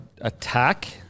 attack